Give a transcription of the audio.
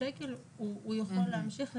שכר המינימום לא